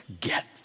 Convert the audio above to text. Get